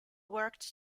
worked